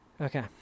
Okay